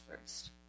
first